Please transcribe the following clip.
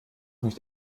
nicht